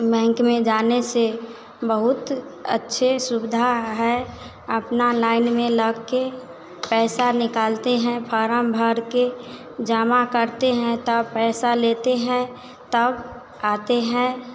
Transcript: bank में जाने से बहुत अच्छे सुविधा है अपना लाइन में लग के पैसा निकालते हैं फारम भर कर जमा करते हैं तब पैसा लेते हैं तब आते हैं